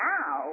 Now